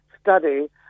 study